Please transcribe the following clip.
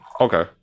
Okay